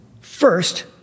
First